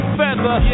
feather